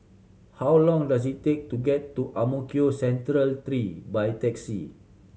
how long does it take to get to Ang Mo Kio Central Three by taxi